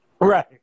Right